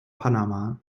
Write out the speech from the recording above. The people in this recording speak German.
panama